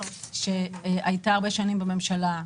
שהייתה הרבה שנים בממשלה,